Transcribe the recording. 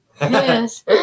Yes